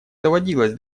доводилось